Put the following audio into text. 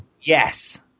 Yes